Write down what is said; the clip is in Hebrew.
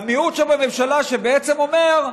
למיעוט שבממשלה שבעצם אומר: